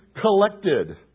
collected